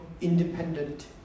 independent